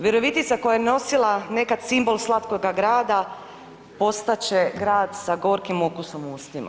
Virovitica koja je nosila nekad simbol slatkoga grada postat će grad sa gorkim okusom u ustima.